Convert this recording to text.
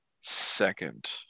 second